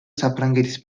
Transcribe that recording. საფრანგეთის